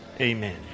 Amen